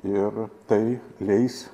ir tai leis